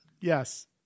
Yes